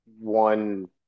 one